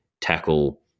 tackle